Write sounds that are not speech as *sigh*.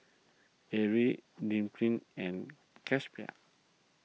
Ari *unintelligible* and *unintelligible*